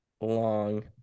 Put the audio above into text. long